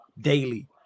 daily